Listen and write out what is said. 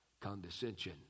condescension